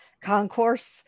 concourse